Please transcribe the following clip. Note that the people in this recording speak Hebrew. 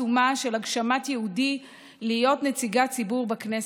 עצומה של הגשמת ייעודי להיות נציגת ציבור בכנסת,